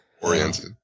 Oriented